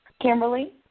Kimberly